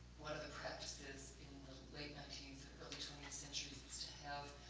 one of the practices in the late nineteenth, early twentieth century was to have